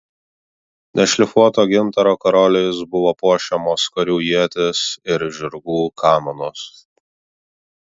nešlifuoto gintaro karoliais buvo puošiamos karių ietys ir žirgų kamanos